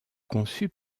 conçues